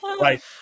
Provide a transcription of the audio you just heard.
Right